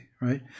right